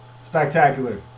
spectacular